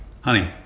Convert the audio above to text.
Honey